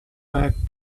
back